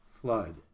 flood